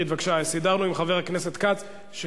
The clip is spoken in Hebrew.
חבר הכנסת שטרית, בבקשה.